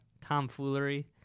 tomfoolery